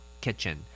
kitchen